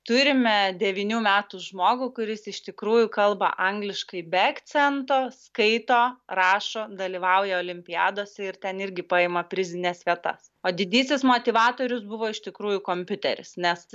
turime devynių metų žmogų kuris iš tikrųjų kalba angliškai be akcento skaito rašo dalyvauja olimpiadose ir ten irgi paima prizines vietas o didysis motyvatorius buvo iš tikrųjų kompiuteris nes